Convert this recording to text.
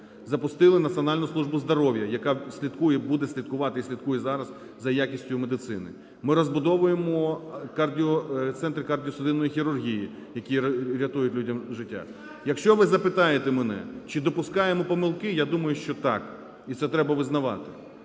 Запустили Національну службу здоров'я, яка слідкує, буде слідкувати і слідкує зараз за якістю медицини. Ми розбудовуємо Центр кардіосудинної хірургії, який рятує людям життя. Якщо ви запитаєте мене, чи допускаємо помилки, я думаю, що так, і це треба визнавати.